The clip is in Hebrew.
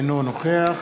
אינו נוכח